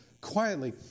quietly